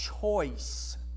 choice